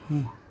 ہوں